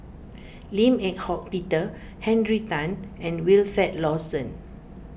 Lim Eng Hock Peter Henry Tan and Wilfed Lawson